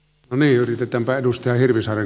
onni yritetäänpä edustaa hirvisaaren